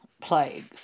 plagues